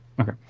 Okay